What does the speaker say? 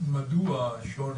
מדוע השוני.